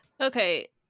Okay